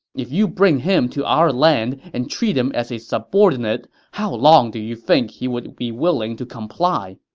if you bring him to our land and treat him as a subordinate, how long do you think he would be willing to comply?